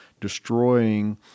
destroying